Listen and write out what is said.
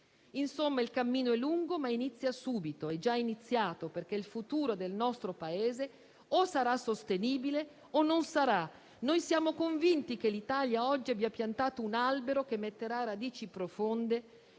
Insomma, il cammino è lungo ma inizia subito, è già iniziato, perché il futuro del nostro Paese o sarà sostenibile o non sarà. Siamo convinti che l'Italia oggi abbia piantato un albero che metterà radici profonde,